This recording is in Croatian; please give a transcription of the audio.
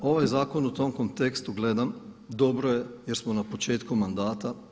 Ovaj zakon u tom kontekstu gledam dobro je jer smo na početku mandata.